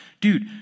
dude